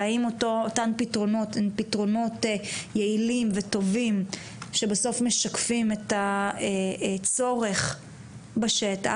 ואם אותם פתרונות הם פתרונות יעילים וטובים שבסוף משקפים את הצורך בשטח,